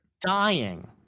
Dying